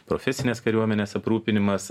profesinės kariuomenės aprūpinimas